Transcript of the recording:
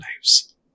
lives